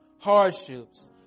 hardships